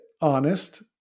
honest